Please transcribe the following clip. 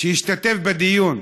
שהשתתף בדיון,